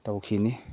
ꯇꯧꯈꯤꯅꯤ